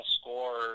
score